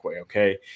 okay